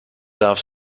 darf